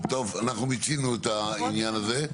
טוב, אנחנו מיצינו את העניין הזה.